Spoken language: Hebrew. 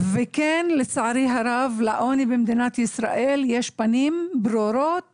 לצערי הרב לעוני במדינת ישראל יש פנים ברורות